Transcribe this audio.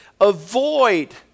avoid